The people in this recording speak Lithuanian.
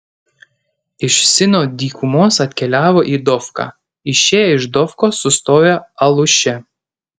iš sino dykumos atkeliavo į dofką išėję iš dofkos sustojo aluše